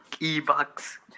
E-bucks